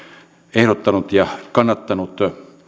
ehdottanut ja kannattanut